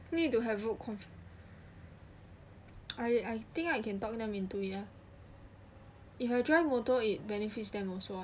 need to have woke confidence I I think I can talk them into it ya if I drive motor it benefits them also ah